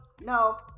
no